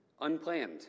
unplanned